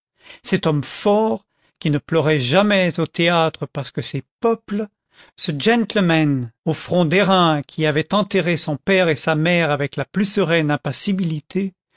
cet homme fort qui ne pleurait jamais au théâtre parce que c'est peuple ce gentleman au front d'airain qui avait enterré son père et sa mère avec la plus sereine impassibilité